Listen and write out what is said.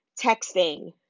texting